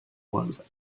was